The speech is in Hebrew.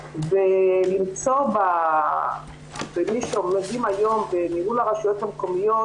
אותו ולמצוא בין מי שעומדים היום בניהול הרשויות המקומיות,